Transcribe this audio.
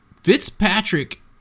Fitzpatrick